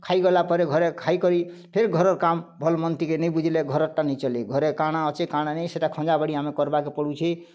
ଖାଇଗଲା ପରେ ଘରେ ଖାଇକରି ଫେର୍ ଘରର୍ କାମ୍ ଭଲ୍ମନ୍ଦ୍ ଟିକେ ନି ବୁଝ୍ଲେ ଘରର୍ ଟା ନି ଚଲେ ଘରେ କା'ଣା ଅଛେ କା'ଣା ନାଇ ସେଟା ଖଞ୍ଜାବାଡ଼ି ଆମ୍କେ କର୍ବାର୍କେ ପଡ଼ୁଛେ